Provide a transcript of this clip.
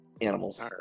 animals